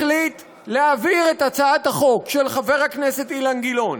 החליט להעביר את הצעת החוק של חבר הכנסת אילן גילאון